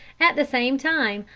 at the same time,